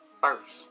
first